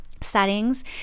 settings